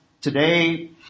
today